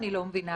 אני לא מבינה.